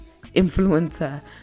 influencer